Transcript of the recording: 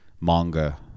manga